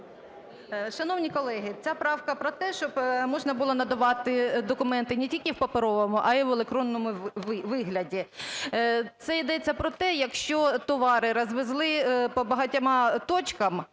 Шановні колеги, ця правка про те, щоб можна було надавати документи не тільки в паперовому, а і в електронному вигляді. Це йдеться про те, якщо товари розвезли по багатьом точкам,